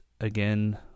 again